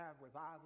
revival